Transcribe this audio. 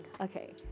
Okay